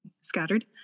scattered